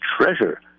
treasure